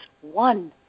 one